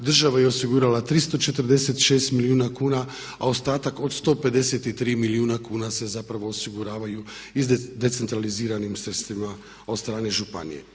Država je osigurala 346 milijuna kuna, a ostatak od 153 milijuna kuna se zapravo osiguravaju decentraliziranim sredstvima od strane županije.